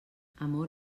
amor